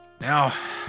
Now